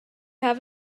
have